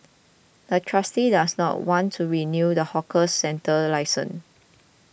the trustee does not want to renew the hawker centre's license